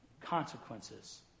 consequences